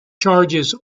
charges